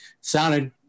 sounded